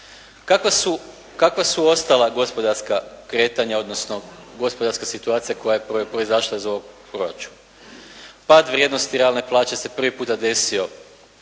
Kakva su ostala gospodarska kretanja, odnosno gospodarska situacija koja je proizašla iz ovoga proračuna? Pad vrijednosti realne plaće se prvi puta desio